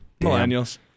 Millennials